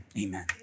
amen